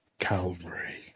Calvary